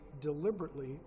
deliberately